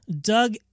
Doug